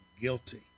guilty